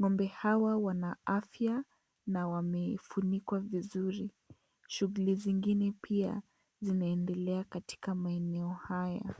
Ng'ombe hawa wana afya na wamefunika vizuri. Shughuli zingine pia zinaendelea katika maeneo haya.